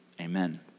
amen